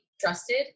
trusted